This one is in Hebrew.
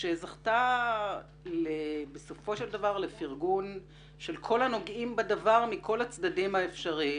שזכתה בסופו של דבר לפרגון של כל הנוגעים בדבר מכל הצדדים האפשריים.